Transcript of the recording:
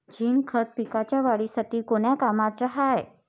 Zinc खत पिकाच्या वाढीसाठी कोन्या कामाचं हाये?